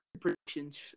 predictions